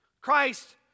Christ